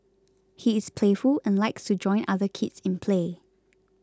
he is playful and likes to join other kids in play